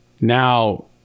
now